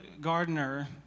gardener